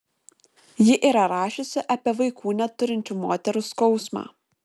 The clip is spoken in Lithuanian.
ji yra rašiusi apie vaikų neturinčių moterų skausmą